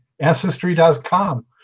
ancestry.com